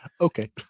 Okay